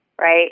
right